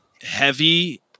heavy